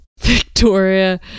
victoria